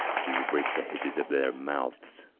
we will break the hedges of their mouths,